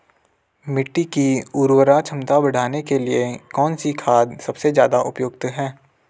मिट्टी की उर्वरा क्षमता बढ़ाने के लिए कौन सी खाद सबसे ज़्यादा उपयुक्त है?